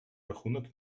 рахунок